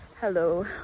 hello